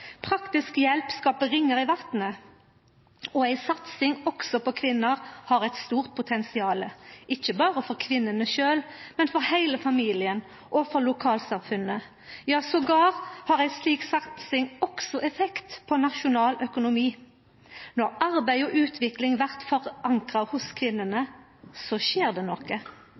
Praktisk sett skaper hjelp ringar i vatnet, og ei satsing også på kvinner har eit stort potensial, ikkje berre for kvinnene sjølve, men for heile familien og for lokalsamfunnet, ja endåtil har ei slik satsing også effekt på nasjonal økonomi. Når arbeid og utvikling blir forankra hos kvinnene, skjer det noko.